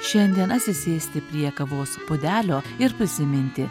šiandien atsisėsti prie kavos puodelio ir prisiminti